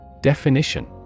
Definition